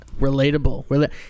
Relatable